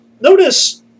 Notice